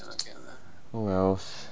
oh wells